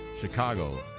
Chicago